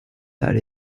that